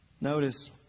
Notice